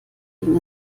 ging